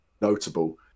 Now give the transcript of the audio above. notable